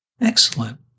Excellent